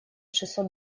шестьсот